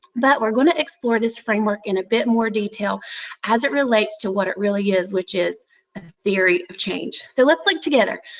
but we are going to explore this framework in a bit more detail as it relates to what it really is, which is a theory of change. so let's look like together!